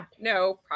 No